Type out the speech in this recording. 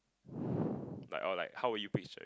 like or like how would you picture